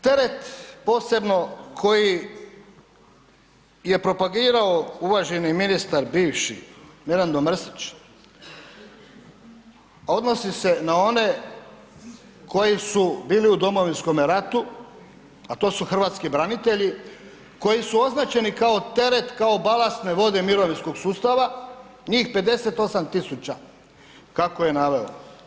Teret posebno koji je propagirao uvaženi ministar bivši Mirando Mrsić odnosi se na one koji su bili u Domovinskom ratu, a to su hrvatski branitelji koji su označeni kao teret, kao balastne vode mirovinskog sustava, njih 58.000 kako je naveo.